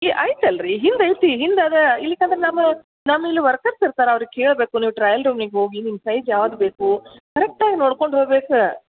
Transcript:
ಏಯ್ ಐತಲ್ಲ ರೀ ಹಿಂದೆ ಐತಿ ಹಿಂದೆ ಇದೆ ಇಲ್ಲಂದ್ರ ನಮ್ಮ ನಮ್ಮ ಇಲ್ಲಿ ವರ್ಕರ್ಸ್ ಇರ್ತಾರೆ ಅವ್ರಿಗೆ ಕೇಳಬೇಕು ನೀವು ಟ್ರಯಲ್ ರೂಮಿಗೆ ಹೋಗಿ ನಿಮ್ಮ ಸೈಜ್ ಯಾವ್ದು ಬೇಕು ಕರೆಕ್ಟಾಗಿ ನೋಡ್ಕೊಂಡು ಹೋಗ್ಬೇಕ